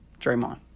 Draymond